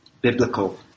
biblical